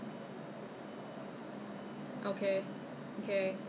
yeah they also ask me to buy this one I think cleansing water don't know is toner or not same or not ah